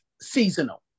seasonal